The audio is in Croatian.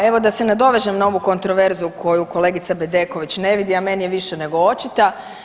Pa evo da se nadovežem na ovu kontroverzu koju kolegica Bedeković ne vidi, a meni je više nego očita.